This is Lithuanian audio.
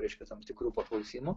reiškia tam tikrų paklausimų